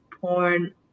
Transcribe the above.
porn